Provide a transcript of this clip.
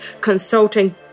consulting